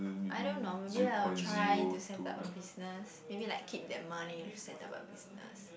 I don't know maybe I will try to set up a business maybe like keep that money to set up a business